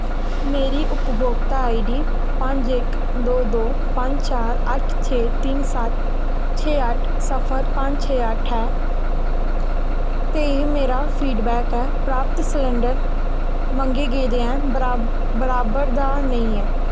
मेरी उपभोक्ता I D पंज इक दो दो पंज चार अट्ठ छे तिन्न सत्त छे अट्ठ सिफर पंज छे अट्ठ ऐ ते एह् मेरा फीडबैक ऐ प्राप्त सलैंडर मंगे गेदे दे बराबर दा नेईं ऐ